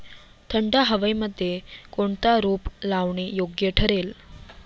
थंड हवेमध्ये कोणते रोप लावणे योग्य ठरेल?